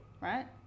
Right